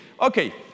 Okay